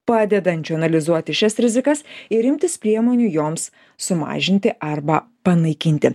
padedančiu analizuoti šias rizikas ir imtis priemonių joms sumažinti arba panaikinti